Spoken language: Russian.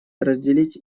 разделить